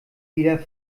wieder